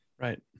Right